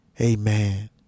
Amen